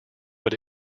but